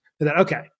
Okay